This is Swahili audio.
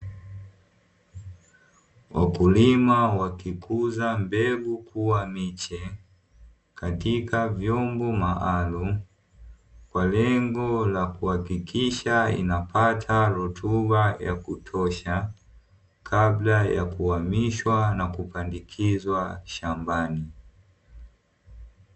Wakulima wakikuza mbegu kuwa miche katika vyombo maalumu, kwa lengo la kuhakikisha inapata rutuba ya kutosha. Kabla ya kuhamishwa na kupandikizwa shambani.